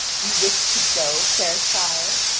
you wish to go, fair sire?